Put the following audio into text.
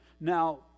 Now